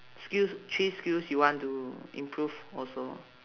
skills three skills you want to improve also